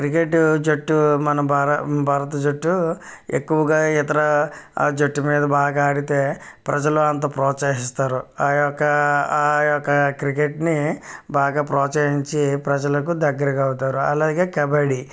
cricket జట్టు మన భారత భారత జట్టు ఎక్కువగా ఇతర జట్టు మీద బాగా ఆడితే ప్రజలు అంతా ప్రోత్సాహిస్తారు ఆ యొక్క ఆ యొక్క క్రికెట్ని బాగా ప్రోత్సహించి ప్రజలకు దగ్గర అవుతారు అలాగే కబడ్డీ